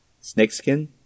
snakeskin